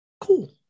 Cool